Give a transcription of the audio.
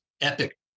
epic